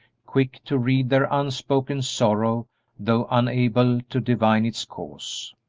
quick to read their unspoken sorrow though unable to divine its cause.